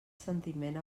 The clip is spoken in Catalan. sentiment